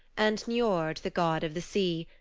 and niord, the god of the sea,